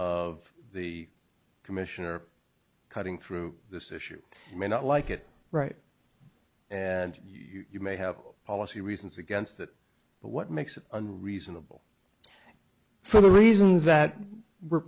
of the commissioner cutting through this issue may not like it right and you may have policy reasons against that but what makes it a reasonable for the reasons that were